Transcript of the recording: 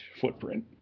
footprint